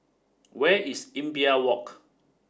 where is Imbiah Walk